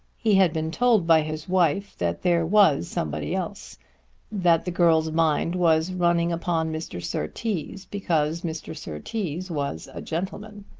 he had been told by his wife that there was somebody else that the girl's mind was running upon mr. surtees, because mr. surtees was a gentleman.